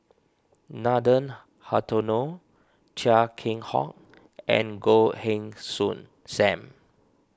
Nathan Hartono Chia Keng Hock and Goh Heng Soon Sam